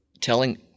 telling